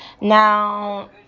Now